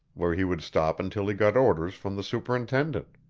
where he would stop until he got orders from the superintendent.